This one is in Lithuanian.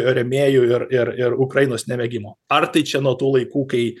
rėmėjų ir ir ir ukrainos nemėgimo ar tai čia nuo tų laikų kai